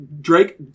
Drake